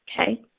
Okay